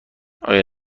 آیا